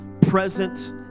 present